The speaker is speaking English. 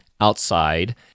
outside